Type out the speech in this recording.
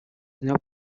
not